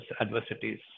adversities